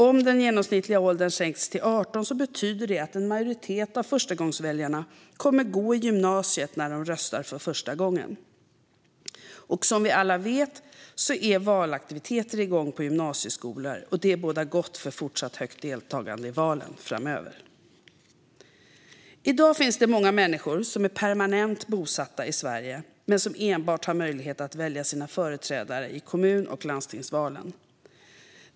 Om den genomsnittliga åldern sänks till 18 år betyder det att en majoritet av förstagångsväljarna kommer att gå i gymnasiet när de röstar för första gången. Som vi alla vet är valaktiviteter igång på gymnasieskolor. Det bådar gott för fortsatt högt deltagande i valen framöver. I dag finns det många människor som är permanent bosatta i Sverige men som enbart har möjlighet att välja sina företrädare i kommun och landstingsvalen.